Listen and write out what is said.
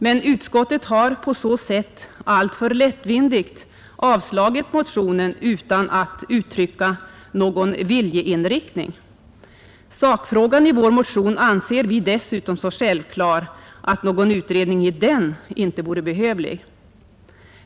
Men utskottet har på så sätt alltför lättvindigt avstyrkt motionen utan att uttrycka någon viljeinriktning. Sakfrågan i vår motion anser vi dessutom vara så självklar att någon utredning i den inte vore behövlig.